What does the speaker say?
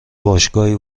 باشگاهی